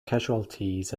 casualties